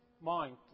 Mind